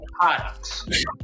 products